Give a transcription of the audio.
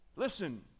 Listen